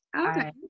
Okay